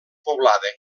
poblada